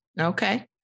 Okay